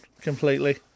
completely